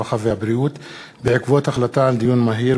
הרווחה והבריאות בעקבות דיון מהיר